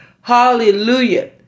Hallelujah